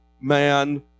man